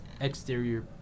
exterior